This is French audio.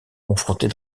confrontés